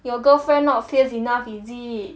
your girlfriend not fierce enough is it